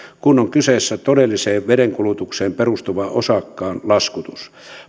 kun on kyseessä todelliseen vedenkulutukseen perustuva osakkaan laskutus